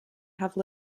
have